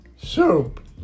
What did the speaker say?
Soup